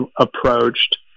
approached